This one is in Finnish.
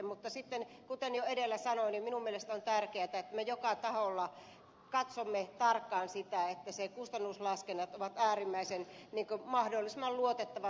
mutta kuten jo edellä sanoin minun mielestäni on tärkeätä että me joka taholla katsomme tarkkaan sitä että ne kustannuslaskennat ovat mahdollisimman luotettavat